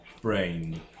brain